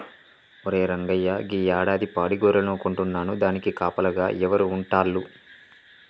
ఒరే రంగయ్య గీ యాడాది పాడి గొర్రెలను కొంటున్నాను దానికి కాపలాగా ఎవరు ఉంటాల్లు